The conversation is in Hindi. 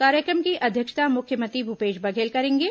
कार्यक्रम की अध्यक्षता मुख्यमंत्री भूपेश बघेल करेंगे